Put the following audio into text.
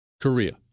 Korea